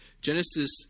Genesis